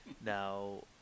now